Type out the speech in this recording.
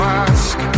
ask